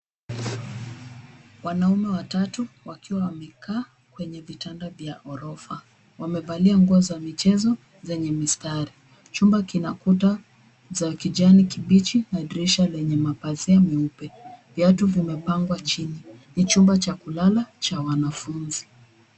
Wanaume watatu wakiwa wamekaa kwenye vitanda vya ghorofa. Wamevalia nguo za michezo zenye mistari. Chumba kina kuta za kijani kibichi na dirisha lenye mapazia meupe. Viatu vimepangwa chini. Ni chumba cha kulala cha wanafunzi.